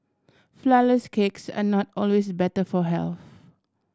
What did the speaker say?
flourless cakes are not always better for health